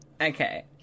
Okay